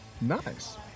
Nice